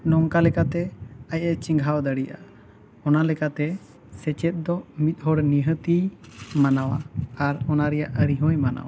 ᱱᱚᱝᱠᱟ ᱞᱮᱠᱟᱛᱮ ᱟᱡᱼᱮ ᱪᱮᱸᱜᱷᱟᱣ ᱫᱟᱲᱮᱭᱟᱜᱼᱟ ᱚᱱᱟ ᱞᱮᱠᱟᱛᱮ ᱥᱮᱪᱮᱫ ᱫᱚ ᱢᱤᱫ ᱦᱚᱲ ᱱᱤᱦᱟᱹᱛᱤ ᱢᱟᱱᱟᱣᱟ ᱟᱨ ᱚᱱᱟ ᱨᱮᱭᱟᱜ ᱟᱹᱨᱤ ᱦᱚᱸᱭ ᱢᱟᱱᱟᱣᱟ